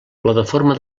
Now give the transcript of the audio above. plataforma